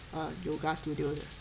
err yoga studios